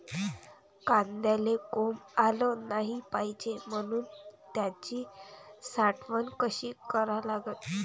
कांद्याले कोंब आलं नाई पायजे म्हनून त्याची साठवन कशी करा लागन?